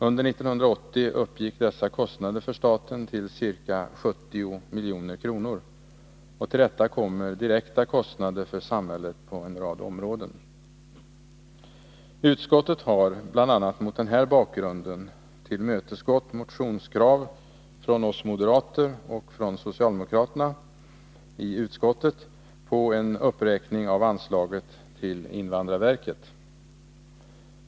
Under 1980 uppgick dessa kostnader för staten till ca 70 milj.kr. Till detta kommer direkta kostnader för samhället på en rad områden. Utskottet har bl.a. mot denna bakgrund tillmötesgått krav i motioner från oss moderater och från socialdemokraterna i utskottet på en uppräkning av anslaget till invandrarverket.